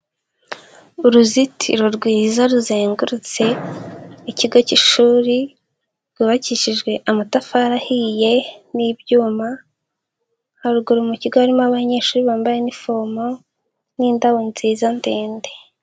Uruzitiro rwiza ruzengurutse ikigo cy'ishuri rwubakishijwe amatafari ahiye n'ibyuma haruguru mu kigo harimo abanyeshuri bambaye inifomo n'indabo nziza ndende.